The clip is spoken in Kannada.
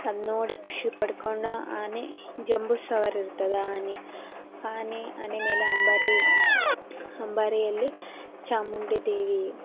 ಅದು ನೋಡಿ ಖುಷಿ ಪಟ್ಕೊಂಡು ಆನೆ ಜಂಬೂಸವಾರಿ ಇರ್ತದೆ ಆನೆ ಆನೆ ಆನೆ ಮೇಲೆ ಅಂಬಾರಿ ಅಂಬಾರಿಯಲ್ಲಿ ಚಾಮುಂಡಿ ದೇವಿ